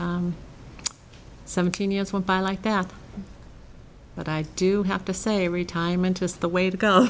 seventeen years went by like that but i do have to say every time and just the way to go